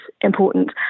important